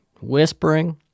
Whispering